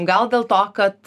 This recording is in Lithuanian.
gal dėl to kad